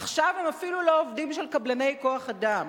עכשיו הם אפילו לא עובדים של קבלני כוח-אדם,